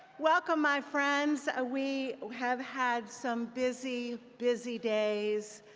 welcome my friends! ah we have had some busy, busy days,